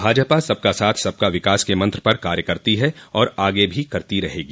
भाजपा सबका साथ सबका विकास के मंत्र पर कार्य करती है और आगे भी करती रहेगी